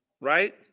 right